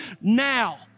Now